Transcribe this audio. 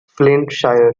flintshire